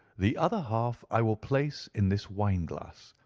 the other half i will place in this wine glass,